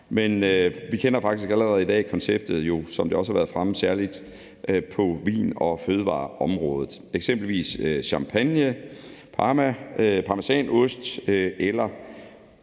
men vi kender faktisk allerede i dag konceptet, som det også har været fremme, særlig på vin- og fødevareområdet – eksempelvis champagne, parmesanost eller